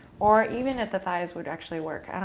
or even at the thighs, would actually work.